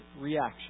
reaction